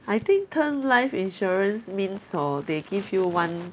I think term life insurance means hor they give you one